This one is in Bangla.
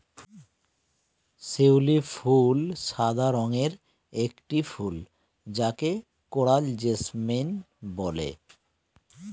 শিউলি ফুল সাদা রঙের একটি ফুল যাকে কোরাল জেসমিন বলে